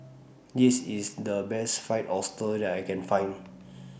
This IS The Best Fried Oyster that I Can Find